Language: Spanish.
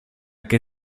que